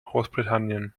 großbritannien